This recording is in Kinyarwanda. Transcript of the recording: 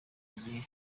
igihe